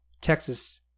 Texas